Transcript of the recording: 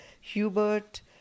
Hubert